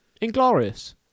Inglorious